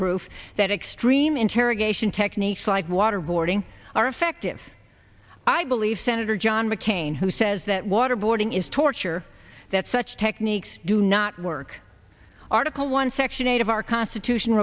proof that extreme interrogation techniques like waterboarding are effective i believe senator john mccain who says that waterboarding is torture that such techniques do not work article one section eight of our constitution